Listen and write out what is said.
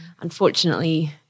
Unfortunately